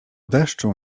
deszczu